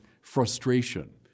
frustration